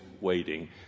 waiting